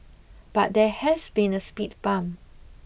but there has been a speed bump